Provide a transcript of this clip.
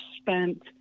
spent